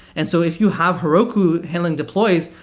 and so if you have heroku handling deploys,